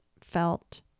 felt